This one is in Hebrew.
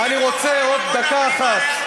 אני רוצה עוד דקה אחת.